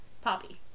Poppy